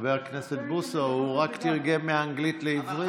חבר הכנסת בוסו, הוא רק תרגם מאנגלית לעברית.